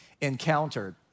encountered